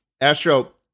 Astro